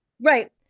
Right